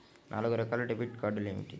నాలుగు రకాల డెబిట్ కార్డులు ఏమిటి?